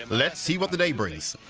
let's see what the day brings